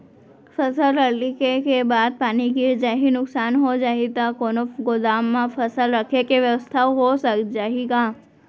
फसल कटे के बाद पानी गिर जाही, नुकसान हो जाही त कोनो गोदाम म फसल रखे के बेवस्था हो जाही का?